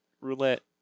roulette